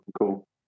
Cool